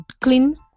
clean